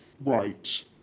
right